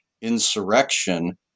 insurrection